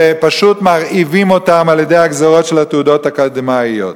ופשוט מרעיבים אותם על-ידי הגזירות של התעודות האקדמיות.